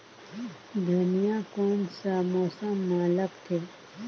धनिया कोन सा मौसम मां लगथे?